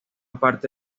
parte